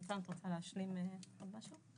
ניצן, את רוצה להשלים עוד משהו?